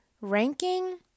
ranking